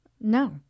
No